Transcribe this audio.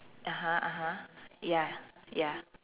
uh-huh uh-huh ya ya